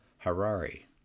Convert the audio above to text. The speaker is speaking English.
Harari